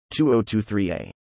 2023A